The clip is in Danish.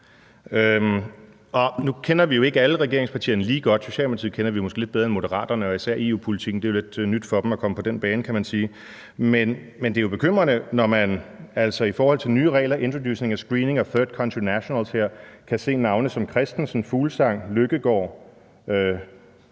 Nu kender vi jo ikke alle regeringspartierne lige godt. Socialdemokratiet kender vi måske lidt bedre end Moderaterne, og især hvad angår EU-politikken, er det jo lidt nyt for dem at komme på den bane, kan man sige. Men det er jo bekymrende, når man altså i forhold til nye regler, f.eks. introducing screening of third country nationals, kan se navne som Christensen, Fuglsang, Løkkegaard,